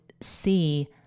see